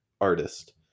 artist